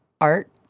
art